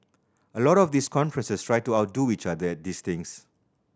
a lot of these conferences try to outdo each other these things